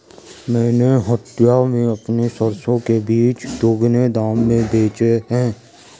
मैंने हटिया में सरसों का बीज दोगुने दाम में बेचा है